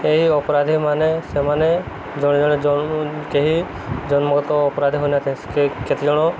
ଏହି ଅପରାଧୀମାନୋନ ସେମାନେ ଜଣେ ଜଣେ କେହି ଜନ୍ମଗତ ଅପରାଧୀ ହୋଇନଥାନ୍ତି କେତେଜଣ